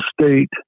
State